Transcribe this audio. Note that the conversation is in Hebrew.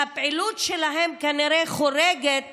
שהפעילות שלהם כנראה חורגת